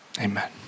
Amen